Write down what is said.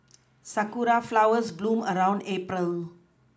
sakura flowers bloom around April